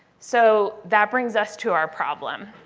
so that brings us to our problem.